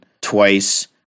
twice